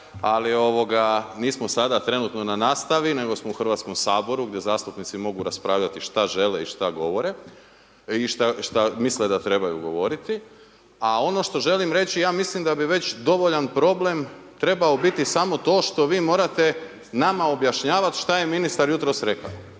ali nismo sada trenutno na nastavi, nego smo u HS-u gdje zastupnici mogu raspravljati šta žele i šta govore i šta misle da trebaju govoriti, a ono što želim reći, ja mislim da bi već dovoljan problem trebao biti samo to što vi morate nama objašnjavati šta je ministar jutros rekao